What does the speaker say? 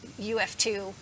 UF2